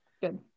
Good